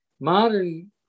modern